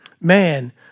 Man